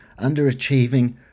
underachieving